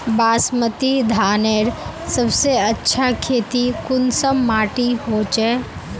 बासमती धानेर सबसे अच्छा खेती कुंसम माटी होचए?